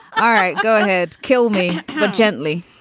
all right. go ahead. kill me gently.